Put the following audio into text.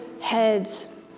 heads